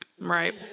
Right